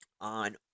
on